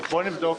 אז בואי נבדוק.